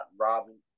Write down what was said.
Robin